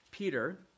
Peter